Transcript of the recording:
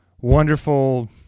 wonderful